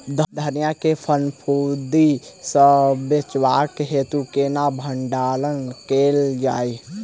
धनिया केँ फफूंदी सऽ बचेबाक हेतु केना भण्डारण कैल जाए?